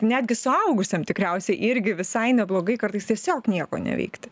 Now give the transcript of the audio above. netgi suaugusiam tikriausiai irgi visai neblogai kartais tiesiog nieko neveikti